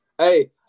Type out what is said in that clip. Hey